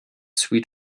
sweet